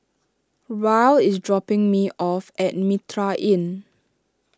Rylie is dropping me off at Mitraa Inn